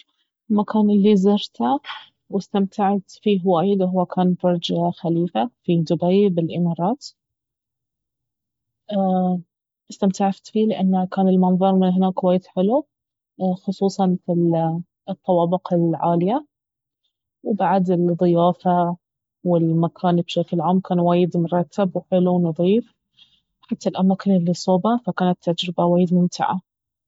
المكان الي زرته واسمتعت فيه هو كان برج خليفة في دبي بالامارات استمتعت فيه لان كان المنظر من هناك وايد حلو خصوصا في الطوابق العالية وبعد الضيافة والمكان بشكل عام كان وايد مرتب وحلو ونظيف حتى الأماكن الي صوبه فكانت تجربة وايد ممتعة